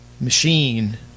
machine